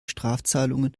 strafzahlungen